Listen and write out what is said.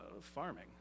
farming